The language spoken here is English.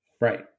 Right